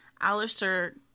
Alistair